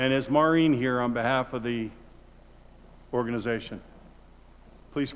and as marini here on behalf of the organization please